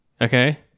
Okay